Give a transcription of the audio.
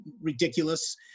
ridiculous